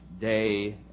day